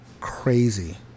crazy